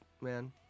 Man